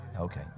Okay